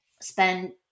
spend